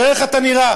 תראה איך אתה נראה.